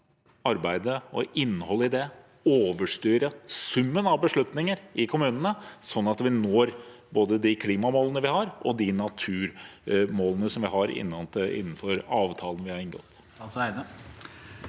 arbeidet og innholdet i dette overstyre summen av beslutninger i kommunene, sånn at vi når både de klimamålene og naturmålene vi har innenfor avtalene vi har inngått?